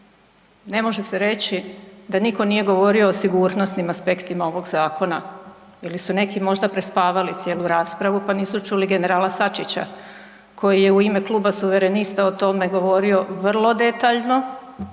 Ne može se reći da nitko nije govorio o sigurnosnim aspektima ovoga zakona ili su neki možda prespavali cijelu raspravu pa nisu čuli generala Sačića koji je u ime Kluba Suverenista o tome govorio vrlo detaljno